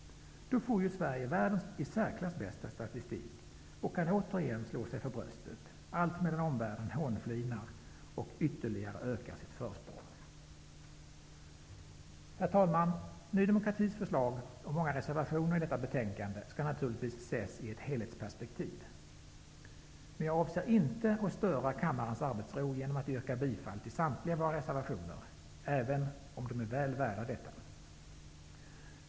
Då får ju Sverige världens i särklass bästa statistik och kan återigen slå sig för bröstet, allt medan omvärlden hånflinar och ytterligare ökar sitt försprång! Herr talman! Ny demokratis förslag och många reservationer i detta betänkande skall naturligtvis ses i ett helhetsperspektiv. Jag avser inte att störa kammarens arbetsro genom att yrka bifall till samtliga våra reservationer, även om de är väl värda detta.